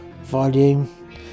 volume